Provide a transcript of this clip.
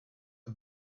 the